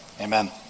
Amen